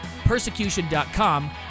Persecution.com